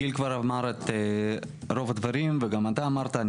גיל כבר אמר את רוב הדברים, וגם אתה אמרת.